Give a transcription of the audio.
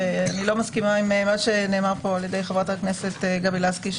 ואני לא מסכימה עם מה שנאמר פה על ידי חברת הכנסת גבי לסקי.